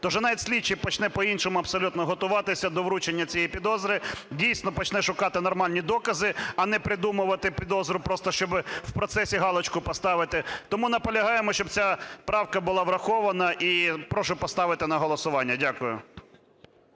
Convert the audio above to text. вже навіть слідчий почне по-іншому абсолютно готуватися до вручення цієї підозри, дійсно, почне шукати нормальні докази, а не придумувати підозру просто, щоб в процесі галочку поставити. Тому наполягаємо, щоб ця правка була врахована. І прошу поставити на голосування. Дякую.